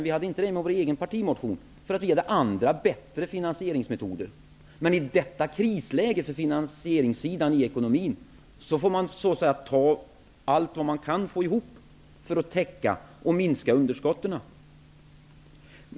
Vi hade inte med detta i någon egen partimotion. Vi hade nämligen andra bättre finansieringsmetoder. Men i detta ekonomiska krisläge får man så att säga ta allt som man kan få ihop för att täcka och minska underskotten.